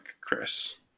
Chris